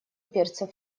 перцев